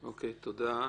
תודה.